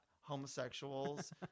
homosexuals